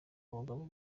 abagabo